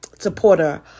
Supporter